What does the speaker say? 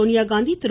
Sonia Gandhi Thiru